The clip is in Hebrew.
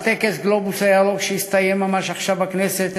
גם טקס "הגלובוס הירוק", שהסתיים ממש עכשיו בכנסת,